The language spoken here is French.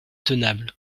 tenable